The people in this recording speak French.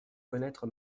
connaître